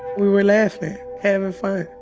we were laughing, having fun.